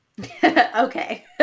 okay